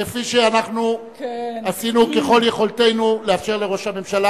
כפי שאנחנו עשינו ככל יכולתנו לאפשר לראש הממשלה,